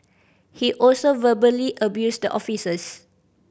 he also verbally abused the officers